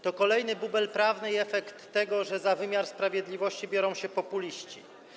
To kolejny bubel prawny, efekt tego, że za wymiar sprawiedliwości biorą się populiści.